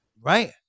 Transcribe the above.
Right